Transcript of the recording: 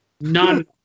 None